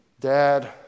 Dad